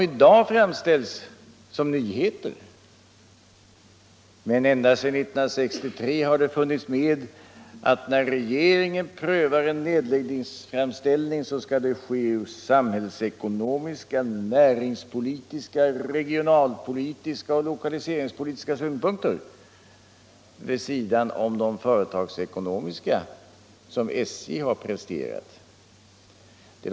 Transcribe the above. I dag framställs de såsom nyheter, men ända sedan 1963 har ordningen varit att när regeringen prövar en nedläggningsframställning skall det ske från samhällsekonomiska, näringspolitiska, regionalpolitiska och lokaliseringspolitiska synpunkter vid sidan om de företagsekonomiska synpunkter som SJ har presterat.